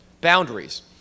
boundaries